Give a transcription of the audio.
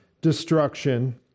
destruction